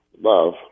love